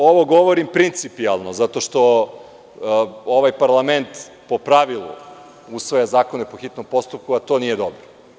Ovo govorim principijalno zato što ovaj parlament po pravilu usvaja zakone po hitnom postupku, a to nije dobro.